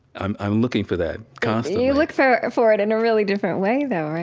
i'm i'm looking for that constantly you look for for it in a really different way though, right?